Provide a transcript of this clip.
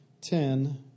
Ten